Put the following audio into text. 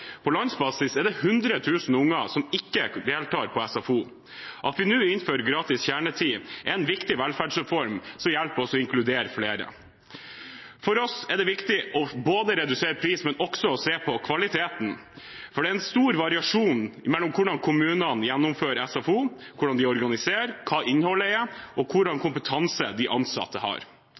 På landsbasis er det 100 000 unger som ikke deltar på SFO. At vi nå innfører gratis kjernetid, er en viktig velferdsreform som hjelper oss å inkludere flere. For oss er det viktig å redusere prisen, men også å se på kvaliteten, for det er stor variasjon kommunene imellom når det gjelder hvordan de gjennomfører SFO, hvordan de organiserer, hva innholdet er, og hvilken kompetanse de ansatte har.